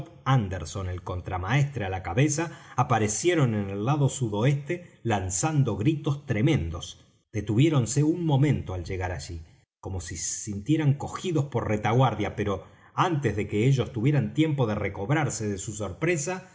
ánderson el contramaestre á la cabeza aparecieron en el lado sudoeste lanzando gritos tremendos detuviéronse un momento al llegar allí como si se sintieran cogidos por retaguardia pero antes de que ellos tuvieran tiempo de recobrarse de su sorpresa